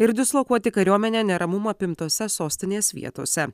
ir dislokuoti kariuomenę neramumų apimtose sostinės vietose